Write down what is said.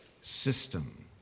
system